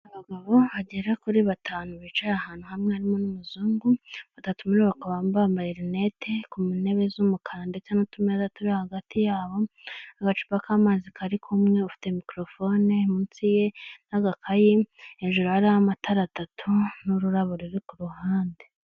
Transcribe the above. Abagabo bagera kuri batanu bicaye ahantu hamwe harimo n'umuzungu, batatu muri bagabo bakaba bambaye rinete ku ntebe z'umukara ndetse n'utumeza turi hagati yabo, agacupa k'amazi kari kumwe ufite mikorofone munsi ye n'agakaye hejuru hari amatara atatu n'ururabo ruri k'uruhande.